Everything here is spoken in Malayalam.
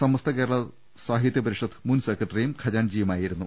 സമസ്ത്രകേരള സാഹിത്യ പരിഷത്ത് മുൻ സെക്രട്ടറിയും ഖജാൻജിയുമായിരുന്നു